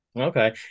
Okay